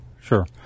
sure